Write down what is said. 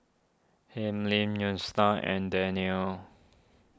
Hilmi and Daniel